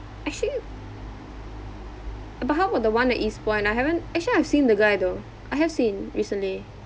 actually but how about the one at east point I haven't actually I've seen the guy though I have seen recently